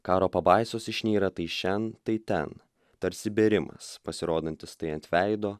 karo pabaisos išnyra tai šen tai ten tarsi bėrimas pasirodantis tai ant veido